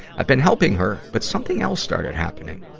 i've been helping her, but something else started happening.